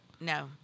No